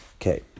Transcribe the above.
Okay